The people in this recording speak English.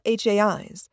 HAIs